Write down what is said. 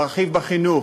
מרחיב בחינוך,